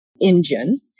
engine